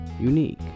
unique